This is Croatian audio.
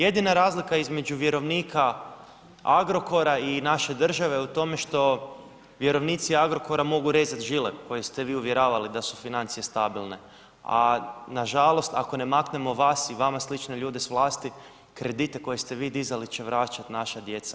Jedina razlika vjerovnika Agrokora i naše države je u tome što vjerovnici Agrokora mogu rezat žile koje ste vi uvjeravali da su financije stabilne, a nažalost ako ne maknemo vas i vama slične ljude s vlasti, kredite koje ste vi dizali će vraćati naša djeca i unuci.